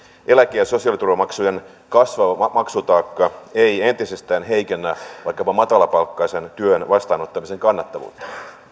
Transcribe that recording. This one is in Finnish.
eläke ja sosiaaliturvamaksujen kasvava maksutaakka ei entisestään heikennä vaikkapa matalapalkkaisen työn vastaanottamisen kannattavuutta